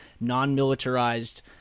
non-militarized